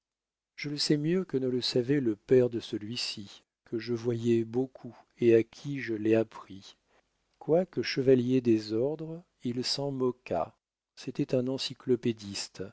je le sais mieux que ne le savait le père de celui-ci que je voyais beaucoup et à qui je l'ai appris quoique chevalier des ordres il s'en moqua c'était un encyclopédiste